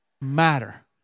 matter